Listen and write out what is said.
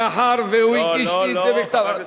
מאחר שהוא הגיש לי את זה בכתב,